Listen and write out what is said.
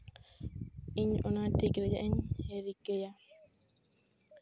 ᱤᱧ ᱚᱱᱟ ᱴᱷᱤᱠ ᱨᱮᱭᱟᱜ ᱤᱧ ᱨᱤᱠᱟᱹᱭᱟ